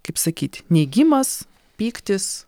kaip sakyti neigimas pyktis